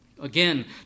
Again